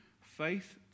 faith